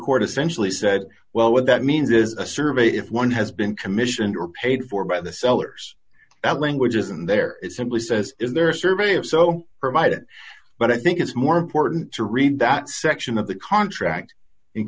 court essentially said well what that means is a survey if one has been commissioned or paid for by the sellers that language isn't there it simply says in their survey of so provided but i think it's more important to read that section of the contract in